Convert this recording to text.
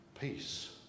peace